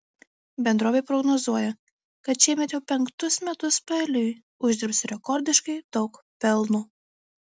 bendrovė prognozuoja kad šiemet jau penktus metus paeiliui uždirbs rekordiškai daug pelno